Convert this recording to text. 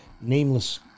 nameless